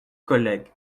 collègue